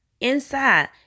inside